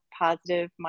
positive